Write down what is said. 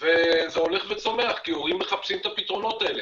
וזה הולך וצומח כי הורים מחפשים את הפתרונות האלה.